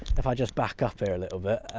if i just back up here a little bit.